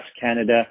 Canada